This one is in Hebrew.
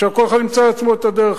עכשיו כל אחד ימצא לעצמו את הדרך.